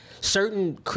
certain